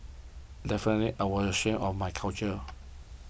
definitely I was ashamed of my culture